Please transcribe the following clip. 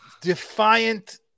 defiant